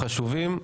הם חשובים.